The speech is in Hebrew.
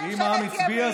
אם העם הצביע,